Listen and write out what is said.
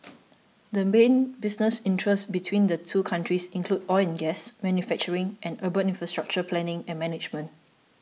the main business interests between the two countries include oil and gas manufacturing and urban infrastructure planning and management